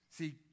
See